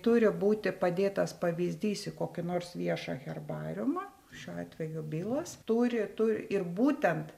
turi būti padėtas pavyzdys į kokį nors viešą herbariumą šiuo atveju bylos turi turi ir būtent